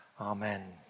Amen